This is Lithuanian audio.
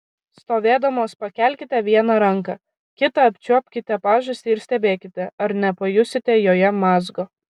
stovėdamos pakelkite vieną ranką kita apčiuopkite pažastį ir stebėkite ar nepajusite joje mazgo